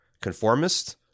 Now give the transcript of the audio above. conformist